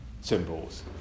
symbols